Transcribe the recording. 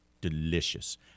Delicious